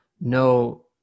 no